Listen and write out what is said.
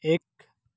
एक